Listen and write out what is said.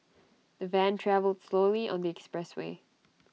the van travelled slowly on the expressway